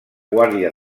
guàrdia